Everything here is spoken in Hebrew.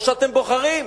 או שאתם בוחרים,